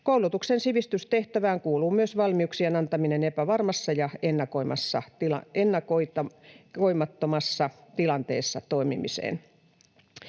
Koulutuksen sivistystehtävään kuuluu myös valmiuksien antaminen epävarmassa ja ennakoimattomassa tilanteessa toimimiseen.